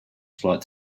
flight